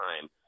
time